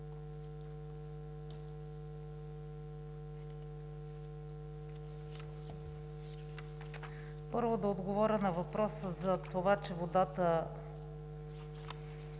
Първо да отговаря на въпроса за това, че водата